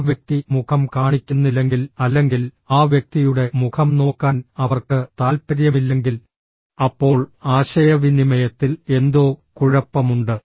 ആ വ്യക്തി മുഖം കാണിക്കുന്നില്ലെങ്കിൽ അല്ലെങ്കിൽ ആ വ്യക്തിയുടെ മുഖം നോക്കാൻ അവർക്ക് താൽപ്പര്യമില്ലെങ്കിൽ അപ്പോൾ ആശയവിനിമയത്തിൽ എന്തോ കുഴപ്പമുണ്ട്